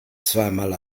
zweimal